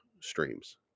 streams